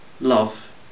love